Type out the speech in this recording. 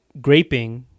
graping